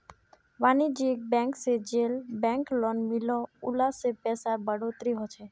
वानिज्ज्यिक बैंक से जेल बैंक लोन मिलोह उला से पैसार बढ़ोतरी होछे